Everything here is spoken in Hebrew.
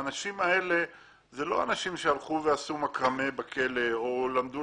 האנשים האלה הם לא אנשים שהלכו ועשו מקרמה בכלא או למדו